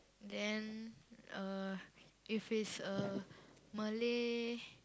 then uh if it's a Malay